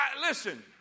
Listen